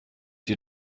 die